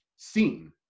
seen